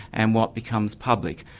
and what becomes public,